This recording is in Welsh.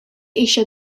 eisiau